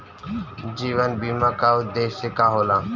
जीवन बीमा का उदेस्य का होला?